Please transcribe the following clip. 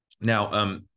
Now